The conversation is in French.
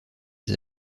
des